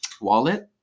wallet